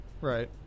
right